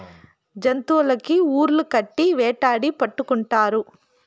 జంతులకి ఉర్లు కట్టి వేటాడి పట్టుకుంటారు